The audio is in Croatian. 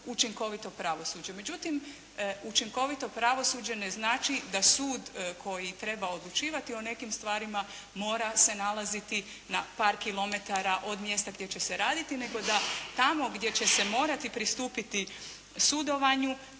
učinkovito pravosuđe. Međutim učinkovito pravosuđe ne znači da sud koji treba odlučivati o nekim stvarima mora se nalaziti na par kilometara od mjesta gdje će se raditi nego da tamo gdje će se morati pristupiti sudovanju,